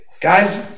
Guys